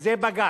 זה בג"ץ.